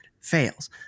fails